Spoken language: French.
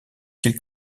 qu’il